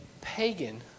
pagan